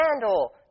handle